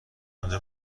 اونجا